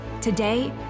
Today